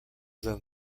then